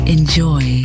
Enjoy